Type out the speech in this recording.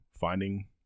finding